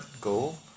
goal